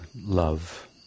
love